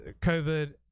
covid